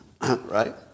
Right